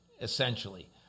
essentially